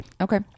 Okay